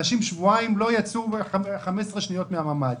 אנשים במשך שבועיים לא יצאו למרחק של יותר מ-15 שניות מן הממ"ד.